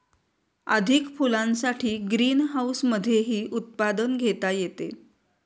अधिक फुलांसाठी ग्रीनहाऊसमधेही उत्पादन घेता येते